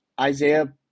Isaiah